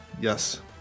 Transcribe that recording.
Yes